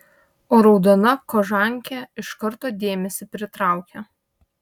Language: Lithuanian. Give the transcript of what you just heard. o raudona kožankė iš karto dėmesį pritraukia